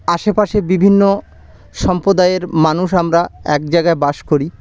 আশেপাশে বিভিন্ন সম্প্রদায়ের মানুষ আমরা এক জায়গায় বাস করি